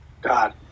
God